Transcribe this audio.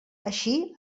així